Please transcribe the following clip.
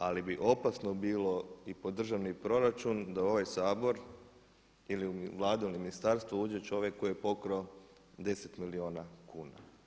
Ali bi opasno bilo i po državni proračun da u ovaj Sabor ili u Vladu ili ministarstvo uđe čovjek koji je pokrao 10 milijuna kuna.